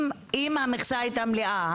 אם המכסה הייתה מלאה,